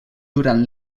durant